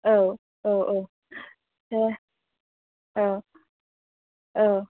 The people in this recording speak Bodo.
औ औ देह औ औ